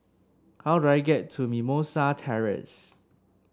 how do I get to Mimosa Terrace